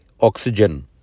oxygen